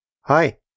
Hi